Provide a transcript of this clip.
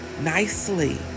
nicely